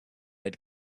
had